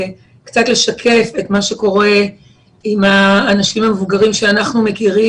קצת לשקף את מה שקורה עם האנשים המבוגרים שאנחנו מכירים.